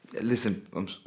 Listen